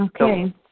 Okay